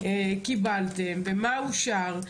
קיבלתם ואם אושר.